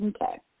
Okay